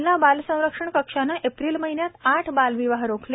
जिल्हा बाल संरक्षण कक्षाने एप्रिल महिन्यात आठ बालविवाह रोखले